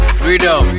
freedom